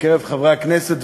בקרב חברי הכנסת,